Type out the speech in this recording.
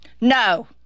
No